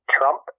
Trump